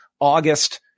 August